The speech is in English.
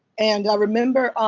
and i remember